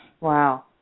Wow